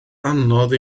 anodd